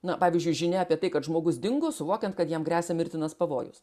na pavyzdžiui žinia apie tai kad žmogus dingo suvokiant kad jam gresia mirtinas pavojus